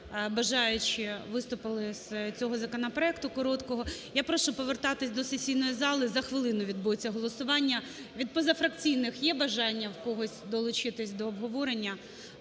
бажаючі виступили з цього законопроекту короткого. Я прошу повертатись до сесійної зали. За хвилину відбудеться голосування. Від позафракційних є бажання в когось долучитись до обговорення?